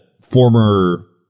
former